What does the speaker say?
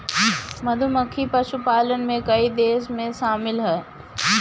मधुमक्खी पशुपालन में कई देशन में शामिल ह